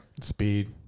speed